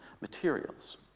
materials